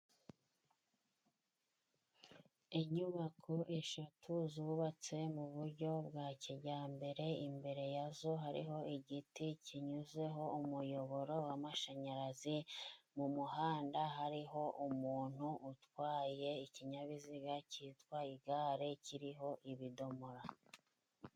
Inyubako eshatu zubatse mu buryo bwa kijyambere. Imbere yazo hariho igiti kinyuzeho umuyoboro w'amashanyarazi, mu muhanda hariho umuntu utwaye ikinyabiziga cyitwa igare kiriho ibidomora.